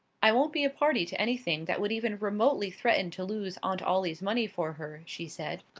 i won't be a party to anything that would even remotely threaten to lose aunt ollie's money for her, she said.